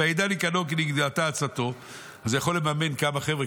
"וידע ניקנור כי נגדעה עצתו" אז הוא יכול לממן כמה חבר'ה,